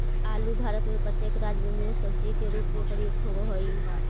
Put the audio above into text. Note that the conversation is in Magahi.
आलू भारत में प्रत्येक राज्य में सब्जी के रूप में प्रयुक्त होवअ हई